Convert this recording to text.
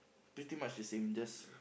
pretty much the same just